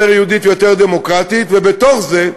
יותר יהודית, יותר דמוקרטית, ובתוך זה,